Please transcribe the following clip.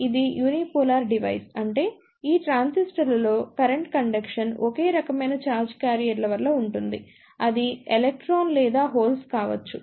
ఇది unipolar device అంటే ఈ ట్రాన్సిస్టర్లలో కరెంట్ కండెక్షన్ ఒకే రకమైన ఛార్జ్ క్యారియర్ల వల్ల ఉంటుంది అది ఎలక్ట్రాన్ లేదా హోల్స్ కావచ్చు